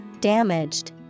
damaged